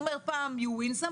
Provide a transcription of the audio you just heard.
הוא אומר פעם אתה מרוויח קצת,